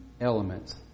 elements